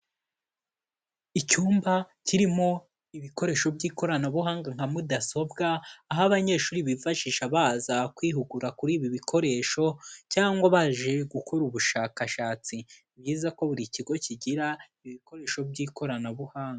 Icyumba kirimo ibikoresho by'ikoranabuhanga nka Mudasobwa, aho abanyeshuri bifashisha baza kwihugura kuri ibi bikoresho cyangwa baje gukora ubushakashatsi, ni byiza ko buri kigo kigira ibikoresho by'ikoranabuhanga.